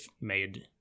made